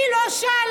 היא לא שאלה.